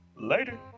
Later